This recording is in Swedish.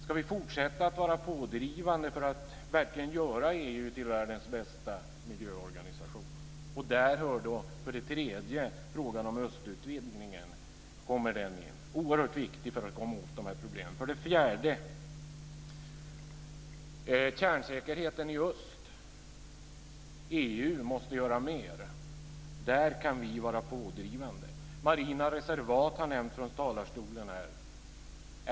Ska vi fortsätta att vara pådrivande för att verkligen göra EU till världens bästa miljöorganisation? Där kommer frågan om östutvidgningen in. Den är oerhört viktig för att vi ska komma åt dessa problem. EU måste göra mer för kärnsäkerheten i öst. Där kan vi vara pådrivande. Marina reservat har nämnts från talarstolen.